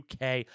UK